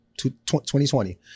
2020